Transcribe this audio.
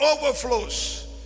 overflows